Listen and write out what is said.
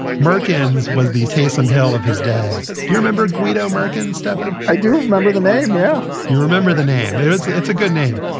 merkins was the haysom hell of his day. do you remember guido murken, stefan? i do remember the name. yeah you remember the name? it's it's a good name.